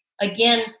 again